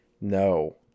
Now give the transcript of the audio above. No